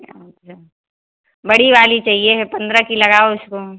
अच्छा बड़ी वाली चाहिए है पंद्रह की लगाओ इसको